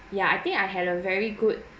ya I think I had a very good